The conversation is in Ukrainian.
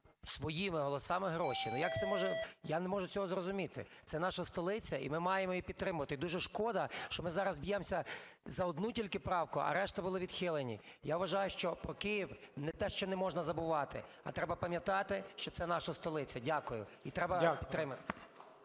своїми голосами гроші. Ну, як це може... Я не можу цього зрозуміти. Це наша столиця, і ми маємо її підтримати. Дуже шкода, що ми зараз б'ємося за одну тільки правку, а решта були відхилені. Я вважаю, що про Київ не те що не можна забувати, а треба пам'ятати, що це наша столиця. Дякую.